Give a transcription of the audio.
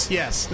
yes